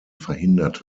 verhindert